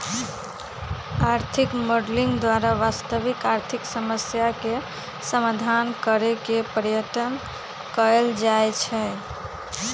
आर्थिक मॉडलिंग द्वारा वास्तविक आर्थिक समस्याके समाधान करेके पर्यतन कएल जाए छै